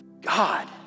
God